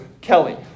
Kelly